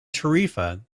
tarifa